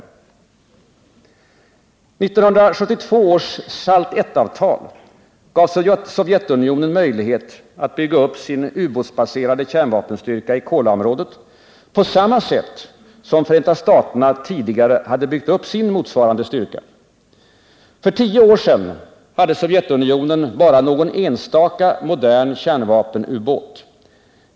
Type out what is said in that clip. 1972 års SALT I-avtal gav Sovjetunionen möjlighet att bygga upp sin utbåtsbaserade kärnvapenstyrka i Kolaområdet på samma sätt som Förenta staterna tidigare byggt upp sin motsvarande styrka. För tio år sedan hade Sovjetunionen bara någon enstaka modern kärnvapenubåt.